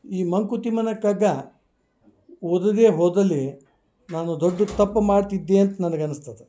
ಈ ಮಂಕುತಿಮ್ಮನ ಕಗ್ಗ ಓದದೇ ಹೋದಲ್ಲಿ ನಾನು ದೊಡ್ಡ ತಪ್ಪು ಮಾಡ್ತಿದ್ದೆ ಅಂತ ನನಗೆ ಅನಸ್ತದೆ